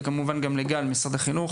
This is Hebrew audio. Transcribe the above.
וכמובן גם לגל ממשרד החינוך